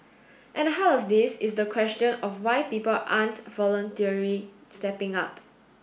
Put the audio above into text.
at the heart of this is the question of why people aren't voluntarily stepping up